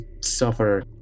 suffer